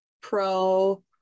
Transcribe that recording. pro